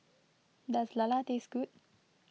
does Lala taste good